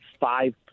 five